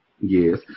yes